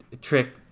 trick